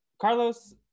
Carlos